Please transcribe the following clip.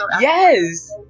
Yes